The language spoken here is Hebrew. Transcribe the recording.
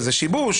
זה שיבוש.